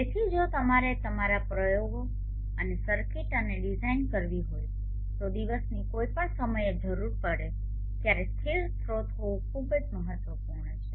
તેથી જો તમારે તમારા પ્રયોગો અને સર્કિટ અને ડિઝાઇન કરવી હોય તો દિવસની કોઈપણ સમયે જરૂર પડે ત્યારે સ્થિર સ્રોત હોવું ખૂબ જ મહત્વપૂર્ણ છે